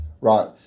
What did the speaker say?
Right